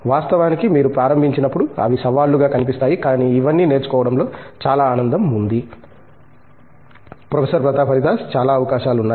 వాస్తవానికి మీరు ప్రారంభించినప్పుడు అవి సవాళ్లుగా కనిపిస్తాయి కానీ ఇవన్నీ నేర్చుకోవడంలో చాలా ఆనందం ఉంది ప్రొఫెసర్ ప్రతాప్ హరిదాస్ చాలా అవకాశాలు ఉన్నాయి